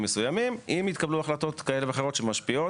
מסוימים אם יתקבלו החלטות כאלה ואחרות שמשפיעות.